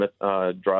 drug